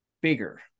bigger